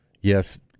Yes